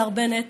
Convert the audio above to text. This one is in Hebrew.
השר בנט,